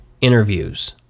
interviews